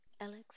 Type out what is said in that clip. Alex